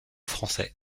français